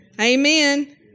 Amen